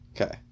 Okay